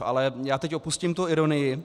Ale já teď opustím tu ironii.